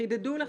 חידדו לך.